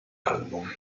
album